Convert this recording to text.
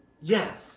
yes